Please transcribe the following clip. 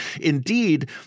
Indeed